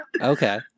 Okay